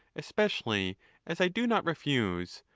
especially as i do not refuse,